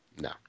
No